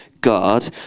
God